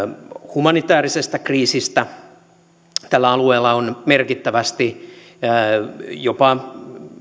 humanitäärisestä kriisistä tällä alueella on merkittävästi jopa